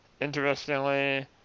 Interestingly